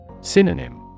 Synonym